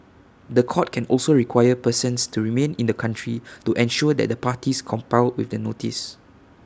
The Court can also require persons to remain in the country to ensure that the parties comply with the notice